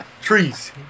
trees